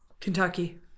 Kentucky